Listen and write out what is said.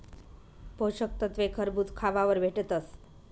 पोषक तत्वे खरबूज खावावर भेटतस